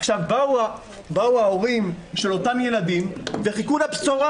עכשיו, באו ההורים של אותם ילדים וחיכו לבשורה